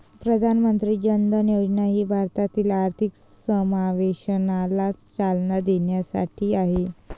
प्रधानमंत्री जन धन योजना ही भारतातील आर्थिक समावेशनाला चालना देण्यासाठी आहे